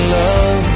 love